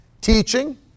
teaching